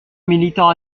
militants